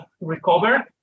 recover